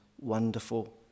Wonderful